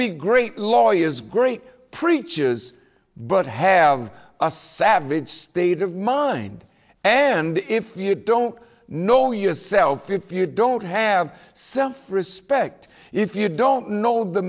be great lawyers great preachers but have a savage state of mind and if you don't know yourself if you don't have self respect if you don't know the